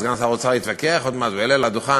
סגן שר האוצר יתווכח עוד מעט ויעלה לדוכן.